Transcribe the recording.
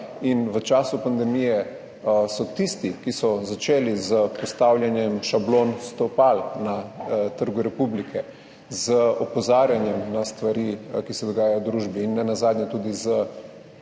V času pandemije so tisti, ki so začeli s postavljanjem šablon stopal na Trgu republike, z opozarjanjem na stvari, ki se dogajajo v družbi, in nenazadnje tudi s